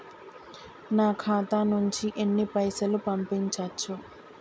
నా ఖాతా నుంచి ఎన్ని పైసలు పంపించచ్చు?